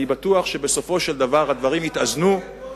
אני בטוח שבסופו של דבר הדברים יתאזנו,